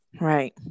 Right